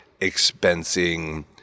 expensing